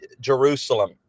Jerusalem